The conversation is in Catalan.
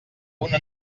una